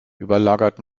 überlagert